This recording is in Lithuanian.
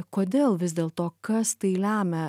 kodėl vis dėlto kas tai lemia